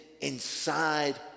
inside